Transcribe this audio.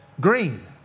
green